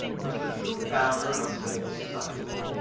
was the true founder of civil society.